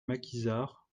maquisards